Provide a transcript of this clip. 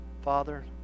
Father